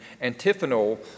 antiphonal